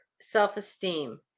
self-esteem